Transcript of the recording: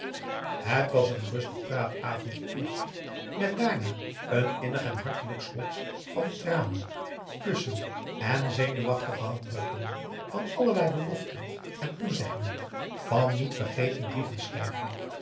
het was een rustig praatavondje eerst met daarna een innig en hartelijk slot van tranen kussen en zenuwachtige handdrukken van allerlei beloften en toezeggingen van niet vergeten brieven schrijven